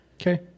Okay